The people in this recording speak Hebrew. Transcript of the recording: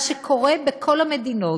מה שקורה בכל המדינות,